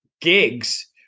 gigs